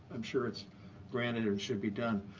i'm sure it's granted and should be done.